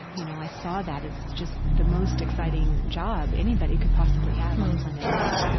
you know, i saw that as just the most exciting job anybody could possibly have on planet earth.